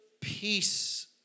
peace